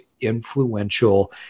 influential